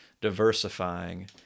diversifying